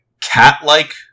cat-like